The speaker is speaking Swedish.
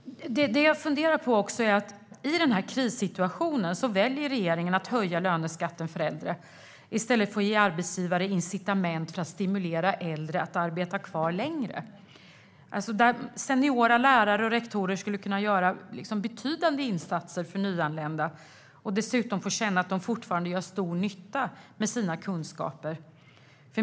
Det jag funderar på är också att regeringen i den här krissituationen väljer att höja löneskatten för äldre i stället för att ge arbetsgivare incitament för att stimulera äldre att arbeta kvar längre. Seniora lärare och rektorer skulle kunna göra betydande insatser för nyanlända och dessutom få känna att de fortfarande gör stor nytta med sina kunskaper.